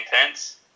intense